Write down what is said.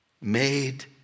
made